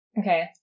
Okay